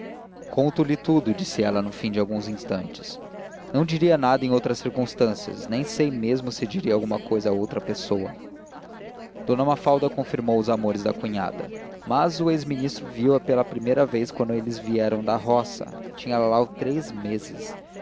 conto-lhe tudo disse-me ela no fim de alguns instantes não diria nada em outras circunstâncias nem sei mesmo se diria alguma cousa a outra pessoa d mafalda confirmou os amores da cunhada mas o ex ministro via-a pela primeira vez quando eles vieram da roga tinha lalau três meses